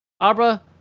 Abra